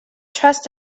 trust